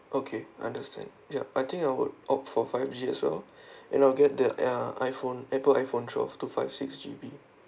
okay understand ya I think I would opt for five G as well you know get the ya iphone apple iphone twelve two five six G_B